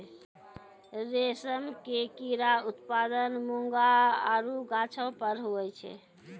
रेशम के कीड़ा उत्पादन मूंगा आरु गाछौ पर हुवै छै